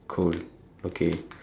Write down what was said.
cool okay